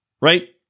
Right